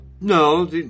No